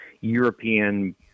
European